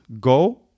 go